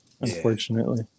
unfortunately